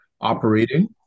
operating